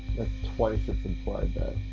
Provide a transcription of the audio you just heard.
twice it's implied that.